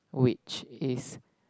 which is